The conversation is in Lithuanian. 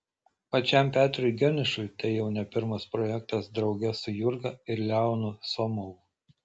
pačiam petrui geniušui tai jau ne pirmas projektas drauge su jurga ir leonu somovu